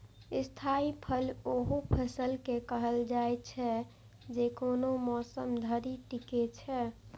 स्थायी फसल ओहि फसल के कहल जाइ छै, जे कोनो मौसम धरि टिकै छै